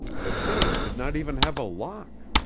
the safe did not even have a lock.